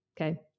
okay